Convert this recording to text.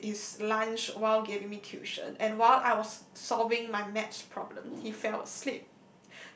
ate his lunch while giving me tuition and while I was solving my maths problem he fell asleep